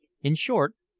in short,